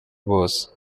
bose